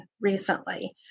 recently